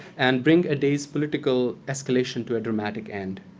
and bring a day's political escalation to a dramatic end.